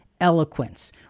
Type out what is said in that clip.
eloquence